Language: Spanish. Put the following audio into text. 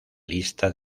lista